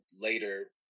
later